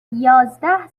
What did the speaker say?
یازده